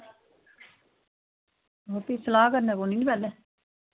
वा फ्ही सलाह् करने पौनी नी पैह्ले